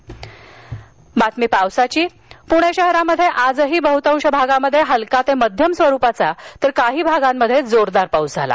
पाऊस पुणे शहरात आजही बहतांश भागात हलका ते मध्यम स्वरूपाचा तर काही भागात जोरदार पाऊस झाला